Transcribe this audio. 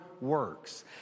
works